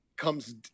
comes